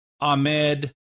Ahmed